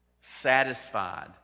Satisfied